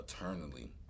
eternally